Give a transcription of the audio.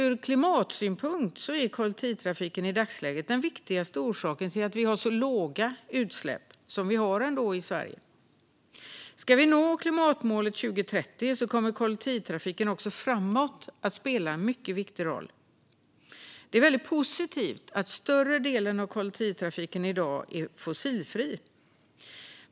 Ur klimatsynpunkt är kollektivtrafiken i dagsläget den viktigaste orsaken till att vi har så låga utsläpp som vi ändå har i Sverige. Om klimatmålet för 2030 ska nås kommer kollektivtrafiken också i framtiden att spela en mycket viktig roll. Det är väldigt positivt att större delen av kollektivtrafiken är fossilfri i dag.